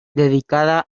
dedicada